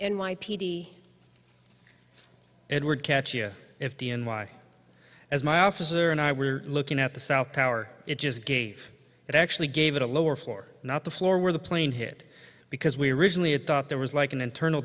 d edward catch you if the n y as my officer and i were looking at the south tower it just gave it actually gave it a lower floor not the floor where the plane hit because we originally had thought there was like an internal